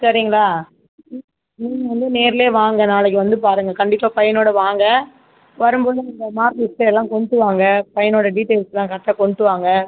சரிங்களா நீ நீங்கள் வந்து நேர்ல வாங்க நாளைக்கு வந்து பாருங்கள் கண்டிப்பாக பையனோட வாங்க வரும்போது உங்கள் மார்க் லிஸ்ட்டு எல்லாம் கொண்டு வாங்க பையனோட டீட்டெயில்ஸ்லாம் கரெக்டாக கொண்டுட்டு வாங்க